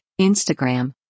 Instagram